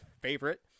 favorite